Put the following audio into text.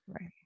Right